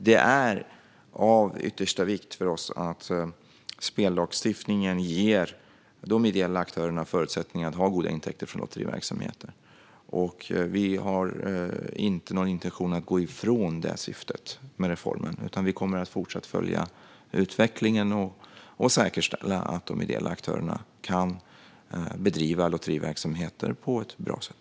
Det är av yttersta vikt för oss att spellagstiftningen ger de ideella aktörerna förutsättningar att ha goda intäkter från lotteriverksamheter. Vi har ingen intention att gå ifrån det syftet med reformen, utan vi kommer att fortsatt följa utvecklingen och säkerställa att de ideella aktörerna kan bedriva lotteriverksamheter på ett bra sätt.